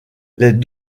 les